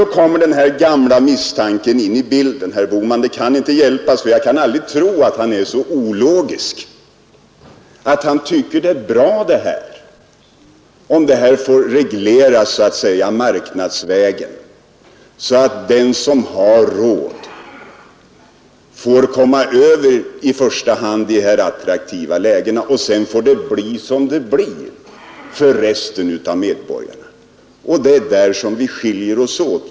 Då kommer den gamla misstanken in i bilden — det kan inte hjälpas, herr Bohman. Jag kan aldrig tro att herr Bohman är så ologisk som han låter. Han tycker det är bra om detta får regleras så att säga marknadsvägen, så att den som har råd kan komma över de mest attraktiva lägena och att det sedan får bli som det blir för resten av medborgarna. Det är där våra uppfattningar skiljer sig.